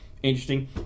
Interesting